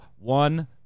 one